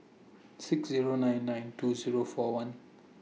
six Zero nine nine two Zero four one